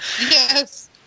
Yes